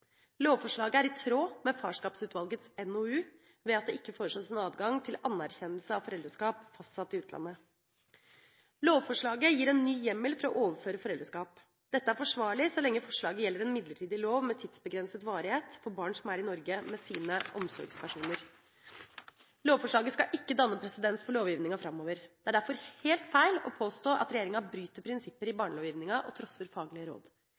Lovforslaget er i tråd med Farskapsutvalgets NOU, ved at det ikke foreslås en adgang til anerkjennelse av foreldreskap fastsatt i utlandet. Lovforslaget gir en ny hjemmel for å overføre foreldreskap. Dette er forsvarlig så lenge forslaget gjelder en midlertidig lov med tidsbegrenset varighet – for barn som er i Norge med sine omsorgspersoner. Lovforslaget skal ikke danne presedens for lovgivninga framover. Det er derfor helt feil å påstå at regjeringa bryter prinsipper i barnelovgivninga og trosser faglige råd.